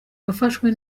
wafashwe